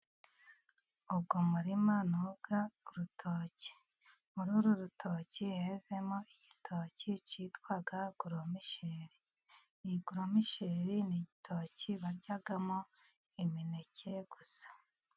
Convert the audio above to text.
Uwo murima ni uw'urutoki. Muri runi rutoki hezemo igitoki cyitwa goromisheri. Iyi goromisheri ni igitoki baryamo imineke gusa.